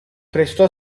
prestò